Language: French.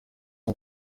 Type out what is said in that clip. son